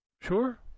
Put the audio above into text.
Sure